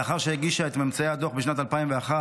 לאחר שהגישה את ממצאי הדוח בשנת 2001,